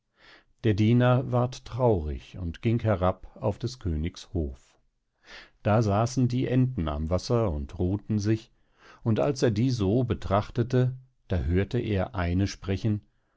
der diener ward traurig und ging herab auf des königs hof da saßen die enten am wasser und ruhten sich und als er die so betrachtete da hörte er eine sprechen